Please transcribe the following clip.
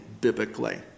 biblically